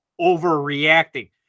overreacting